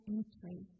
Entry